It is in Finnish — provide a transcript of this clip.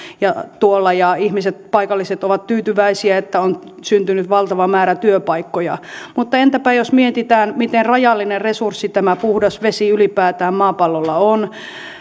ja paikalliset ihmiset ovat tyytyväisiä että on syntynyt valtava määrä työpaikkoja mutta entäpä jos mietitään miten rajallinen resurssi tämä puhdas vesi ylipäätään maapallolla on